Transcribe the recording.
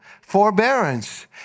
forbearance